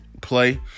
play